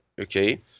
okay